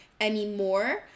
anymore